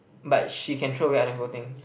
but she can throw away other people things